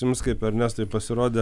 jums kaip ernestai pasirodė